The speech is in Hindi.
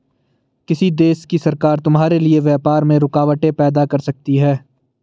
किसी देश की सरकार तुम्हारे लिए व्यापार में रुकावटें पैदा कर सकती हैं